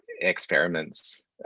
experiments